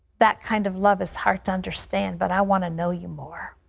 that kind of love is hard to understand, but i want to know you more.